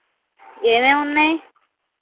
ఏమేమి ఉన్నాయి